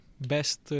Best